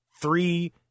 three